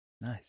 Nice